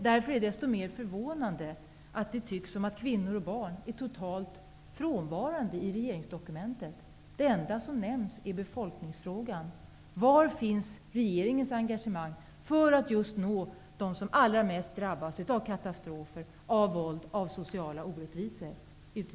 Därför är det desto mer förvånande att kvinnor och barn tycks vara totalt frånvarande i regeringsdokumentet. Det enda som nämns är befolkningsfrågan. Utrikesministern, var finns regeringens engagemang för att nå just dem som allra mest drabbas av katastrofer, våld och sociala orättvisor?